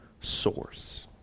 source